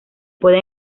puede